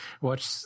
Watch